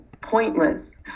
pointless